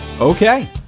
okay